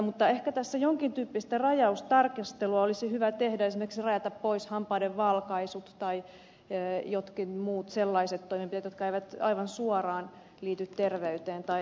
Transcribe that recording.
mutta ehkä tässä jonkin tyyppistä rajaustarkastelua olisi hyvä tehdä esimerkiksi rajata pois hampaiden valkaisut tai jotkin muut sellaiset toimenpiteet jotka eivät aivan suoraan liity terveyteen tai